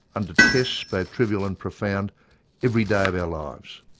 under tests both trivial and profound every day of our lives.